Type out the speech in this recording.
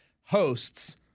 hosts